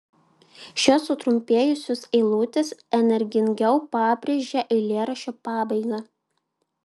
šios sutrumpėjusios eilutės energingiau pabrėžia eilėraščio pabaigą